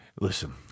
Listen